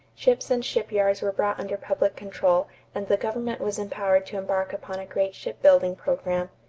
ships and shipyards were brought under public control and the government was empowered to embark upon a great ship-building program.